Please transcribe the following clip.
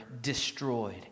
destroyed